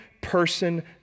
person